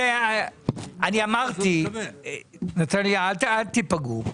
נטליה, אל תיפגעו,